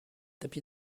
tapis